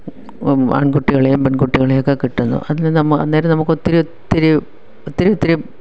ആണ്കുട്ടികളെയും പെണ്കുട്ടികളെ ഒക്കെ കിട്ടുന്നു അതിൽ നമ്മൾ അന്നേരം നമുക്കൊത്തിരി ഒത്തിരി ഒത്തിരിയൊത്തിരി